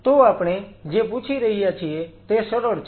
તો આપણે જે પૂછી રહ્યા છીએ તે સરળ છે